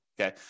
Okay